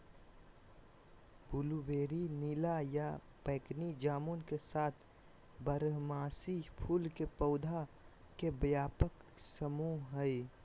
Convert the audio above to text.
blueberry नीला या बैगनी जामुन के साथ बारहमासी फूल के पौधा के व्यापक समूह हई